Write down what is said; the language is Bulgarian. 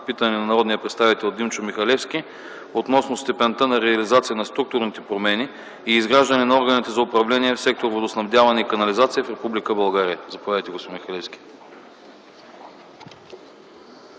питане на народния представител Димчо Михалевски относно степента на реализация на структурните промени и изграждането на органите за управление на сектор „Водоснабдяване и канализация” в Република България. Заповядайте, господин Михалевски.